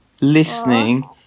listening